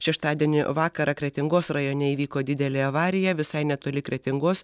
šeštadienį vakarą kretingos rajone įvyko didelė avarija visai netoli kretingos